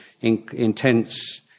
intense